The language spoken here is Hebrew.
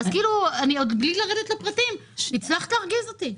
בלי לרדת לפרטים, הצלחת להרגיז אותי.